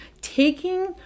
Taking